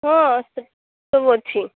ହଁ ସବୁ ଅଛି